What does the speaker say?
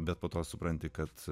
bet po to supranti kad